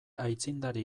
aitzindari